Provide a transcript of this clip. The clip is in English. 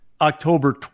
October